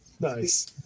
nice